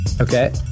Okay